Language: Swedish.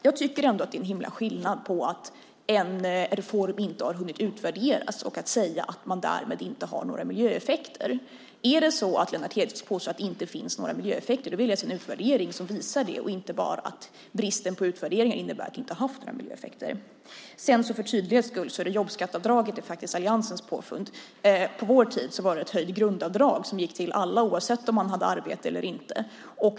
Jag tycker att det är skillnad på att en reform inte har hunnit utvärderas och att säga att den därmed inte har gett några miljöeffekter. Påstår Lennart Hedquist att det inte finns några miljöeffekter vill jag se en utvärdering som visar det i stället för att bara få höra att bristen på utvärderingar innebär att det inte haft några miljöeffekter. För tydlighets skull vill jag säga att jobbskatteavdraget faktiskt är alliansens påfund. På vår tid fanns ett höjt grundavdrag som gick till alla oavsett om man hade arbete eller inte.